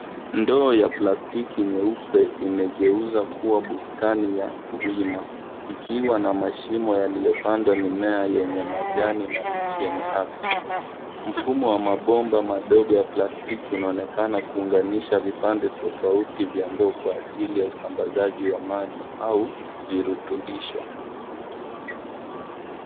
Ndoo ya plastiki nyeupe imegeuzwa kuwa bustani ya wima, ikiwa na mashimo yaliyopandwa mimea yenye majani mabichi yenye afya. Mfumo wa mabomba madogo ya plastiki unaonekana kuunganisha vipande tofauti vya ndoo kwa ajili ya usambazaji wa maji au virutubisho.